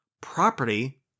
Property